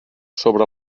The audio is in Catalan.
sobre